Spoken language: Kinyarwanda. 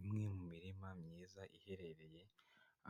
Imwe mu mirima myiza iherereye